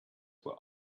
were